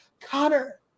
Connor